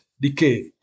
decay